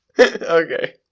okay